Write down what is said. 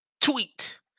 tweet